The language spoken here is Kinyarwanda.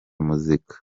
muzika